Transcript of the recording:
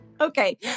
Okay